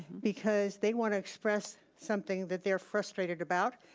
because they want to express something that they're frustrated about,